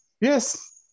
Yes